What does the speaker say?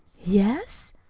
yes?